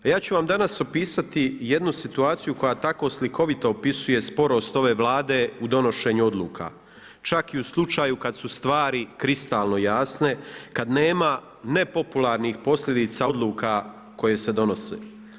Ja ću vam danas opisati jednu situaciju koja tako slikovito opisuje sporost ove Vlade u donošenju odluka, čak i u slučaju kada su stvari kristalno jasne, kada nema nepopularnih posljedica odluka koje se donose.